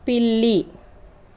పిల్లి